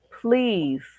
Please